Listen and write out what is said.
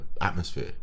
atmosphere